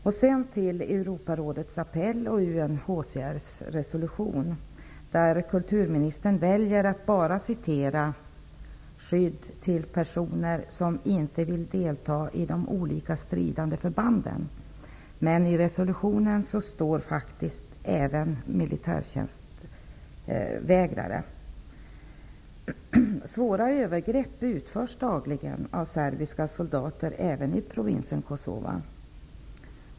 Jag övergår så till Europarådets appell och UNHCR:s resolution. Kulturministern väljer att citera bara det som gäller skydd till personer som inte vill delta i de stridande förbanden, men i resolutionen hänvisas det faktiskt även till militärtjänstvägrare. Svåra övergrepp utförs dagligen av serbiska soldater även i provinsen Kosova.